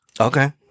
Okay